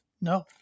No